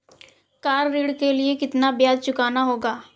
Car ऋण के लिए कितना ब्याज चुकाना होगा?